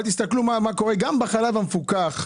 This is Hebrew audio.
אבל תסתכלו מה קורה גם בחלב המפוקח.